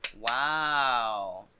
Wow